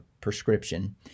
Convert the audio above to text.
prescription